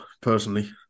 personally